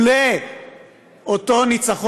שאלה הנתונים שאני קיבלתי,